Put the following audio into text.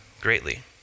greatly